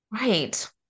Right